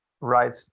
right